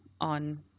on